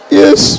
yes